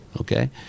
Okay